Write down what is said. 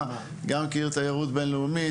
מובילה; גם כעיר תיירות בינלאומית.